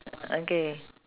okay